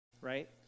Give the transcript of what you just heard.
right